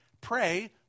pray